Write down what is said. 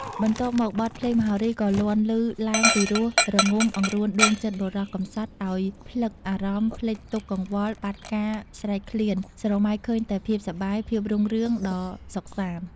បន្ទាប់មកបទភ្លេង មហោរីក៏លាន់លឺឡើងពីរោះរងំអង្រួនដួងចិត្តបុរស កំសត់អោយភ្លឹកអារម្មណ៍ភ្លេចទុក្ខកង្វល់ បាត់ការ ស្រេកឃ្លាន ស្រមៃឃើញតែភាពសប្បាយ ភាពរុងរឿង ដ៏សុខសាន្ត ។